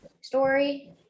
story